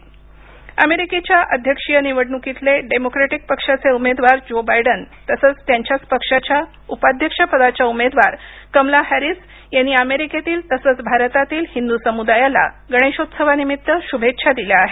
Biden शूभेच्छा अमेरिकेच्या अध्यक्षीय निवडणुकीतले डेमोक्रॅटिक पक्षाचे उमेदवार ज्यो बायडन तसंच त्यांच्याच पक्षाच्या उपाध्यक्षपदाच्या उमेदवार कमला हॅरिस यांनी अमेरिकेतील तसंच भारतातील हिंदू समुदायाला गणेशोत्सवानिमित्त शूभेच्छा दिल्या आहेत